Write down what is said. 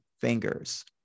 fingers